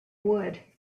wood